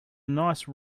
nice